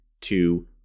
two